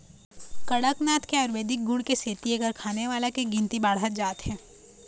कड़कनाथ के आयुरबेदिक गुन के सेती एखर खाने वाला के गिनती बाढ़त जात हे